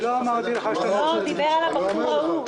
לא אמרתי שאתה נציג של משרד הפנים.